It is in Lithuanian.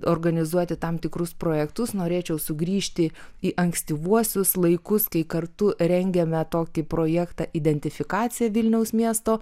organizuoti tam tikrus projektus norėčiau sugrįžti į ankstyvuosius laikus kai kartu rengėme tokį projektą identifikacija vilniaus miesto